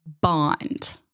bond